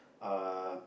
uh